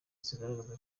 zigaragaza